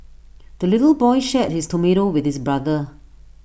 the little boy shared his tomato with his brother